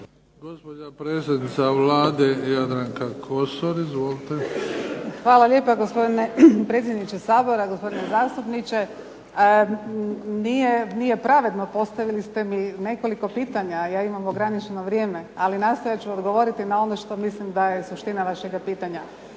Gospođa predsjednica Vlade, Jadranka Kosor. Izvolite. **Kosor, Jadranka (HDZ)** Hvala lijepa, gospodine predsjedniče Sabora. Gospodine zastupniče. Nije pravedno, postavili ste mi nekoliko pitanja, ja imam ograničeno vrijeme, ali nastojat ću odgovoriti na ono što mislim da je suština vašega pitanja.